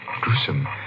Gruesome